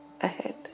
ahead